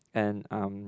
and um